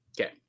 Okay